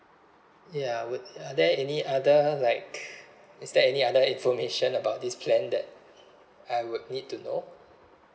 ya would are there any other like is there any other information about this plan that I would need to know